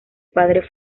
padre